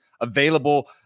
available